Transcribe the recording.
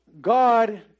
God